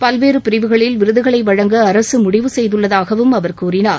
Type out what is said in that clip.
பல்வேறு பிரிவுகளில் விருதுகளை வழங்க அரசு முடிவு செய்துள்ளதாகவும் அவர் கூறினார்